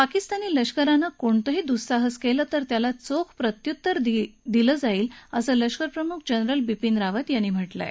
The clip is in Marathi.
पाकिस्तानी लष्करानं कोणतंही दुःसाहस केलं तर त्याला चोख प्रत्युत्तर दिलं जाईल असं लष्करप्रमुख जनरल बिपिन रावत यांनी म्हटलं आहे